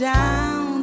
down